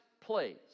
place